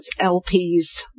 LPs